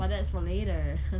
but that's for later